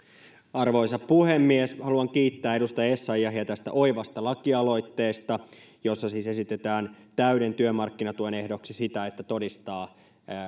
arvoisa puhemies haluan kiittää edustaja essayahia tästä oivasta lakialoitteesta jossa siis esitetään täyden työmarkkinatuen ehdoksi sitä että todistaa